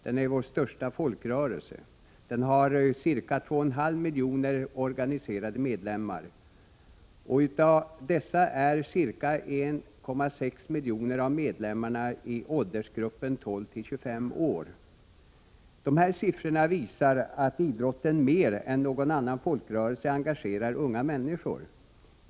Den är vår största folkrörelse och har ca 2,5 miljoner organiserade medlemmar. Av dessa är ungefär 1,6 miljoner i åldrarna 12-25 år. Dessa siffror visar att idrotten mer än någon annan folkrörelse engagerar unga människor.